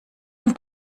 und